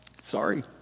Sorry